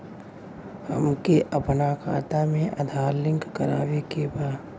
हमके अपना खाता में आधार लिंक करावे के बा?